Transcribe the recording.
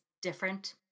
different